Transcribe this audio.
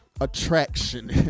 attraction